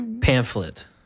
pamphlet